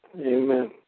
Amen